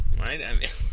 right